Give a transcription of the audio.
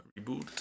Reboot